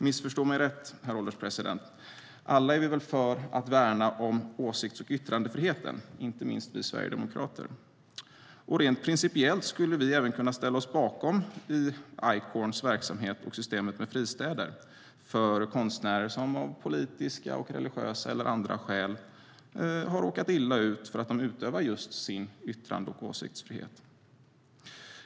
Missförstå mig rätt, herr ålderspresident - alla är vi väl för att värna om åsikts och yttrandefriheten, inte minst vi sverigedemokrater. Rent principiellt skulle vi även kunna ställa oss bakom Icorns verksamhet och systemet med fristäder för konstnärer som av politiska, religiösa eller andra skäl har råkat illa ut för att de utövar just sin yttrande och åsiktsfrihet.